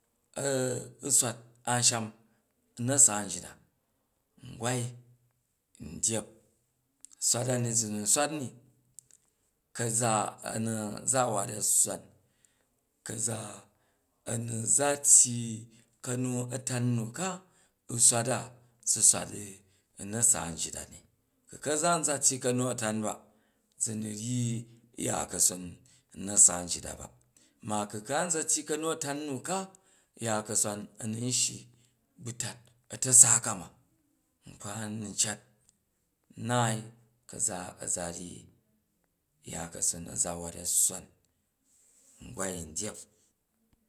u swat a̱n sham u̱ na̱sa njitda ngwai, n dyep swat dani za na̱ai ka̱za a̱ nu za wat a̱ swaan, kaza a̱ nu̱ za tyyi ka̱nu-a̱tan nu ka u̱ swat a zu swat u̱ na̱sa nyit a ni, ku̱ ka̱za on za tyyi ka̱nu-a̱tan ba za nu̱ ryyi ya ka̱son u na̱san ryit da ba, ma kuka nza tyyi ka̱nu-a̱tam nu ka ya ka̱son a nun shyi bu̱ tat a̱tasa ka ma nkpa nanu n cat naai ka̱za a za ryyi ya ka̱ron ngwai ndyep